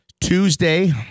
Tuesday